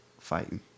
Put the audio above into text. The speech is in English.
Fighting